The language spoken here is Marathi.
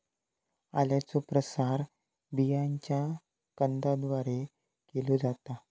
आल्याचो प्रसार बियांच्या कंदाद्वारे केलो जाता